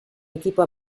equipo